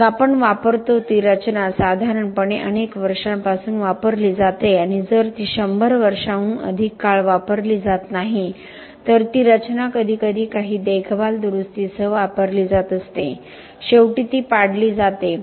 मग आपण वापरतो ती रचना साधारणपणे अनेक वर्षांपासून वापरली जाते आणि जर ती 100 वर्षांहून अधिक काळ वापरली जात नाही तर ती रचना कधी कधी काही देखभाल दुरुस्तीसह वापरली जात असते शेवटी ती पाडली जाते